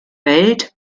welt